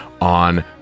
on